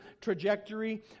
trajectory